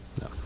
No